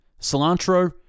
Cilantro